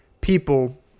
people